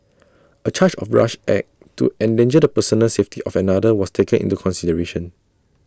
A charge of rash act to endanger the personal safety of another was taken into consideration